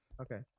Okay